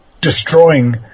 destroying